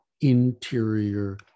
interior